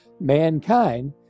mankind